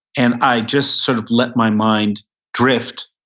and i just sort of let my mind drift.